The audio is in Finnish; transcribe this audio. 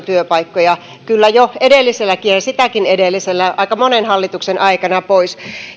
työpaikkoja pois kyllä jo edellisenkin ja sitäkin edellisen ja aika monen hallituksen aikana